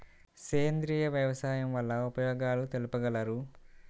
సేంద్రియ వ్యవసాయం వల్ల ఉపయోగాలు తెలుపగలరు?